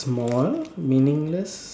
small meaningless